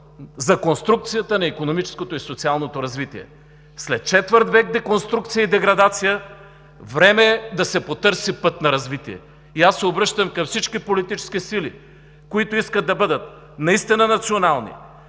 за конструкцията на икономическото и социалното развитие. След четвърт век деконструкция и деградация време е да се потърси път на развитие. Аз се обръщам към всички политически сили, които искат да бъдат наистина национални,